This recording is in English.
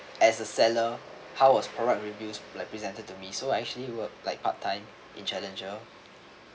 as a seller how was product reviews like presented to me so actually were like part-time in challenger